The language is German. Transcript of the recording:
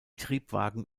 triebwagen